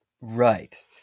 right